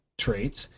traits